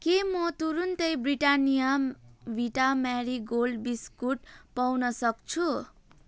के म तुरुन्तै ब्रिटानिया भिटा मेरीगोल्ड बिस्कुट पाउन सक्छु